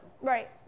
Right